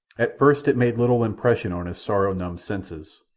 at first it made little impression on his sorrow-numbed senses,